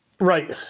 Right